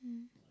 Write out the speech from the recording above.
mm